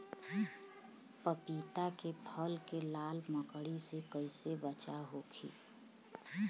पपीता के फल के लाल मकड़ी से कइसे बचाव होखि?